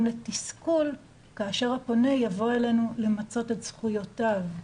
לתסכול כאשר הפונה יבוא אלינו למצות את זכויותיו.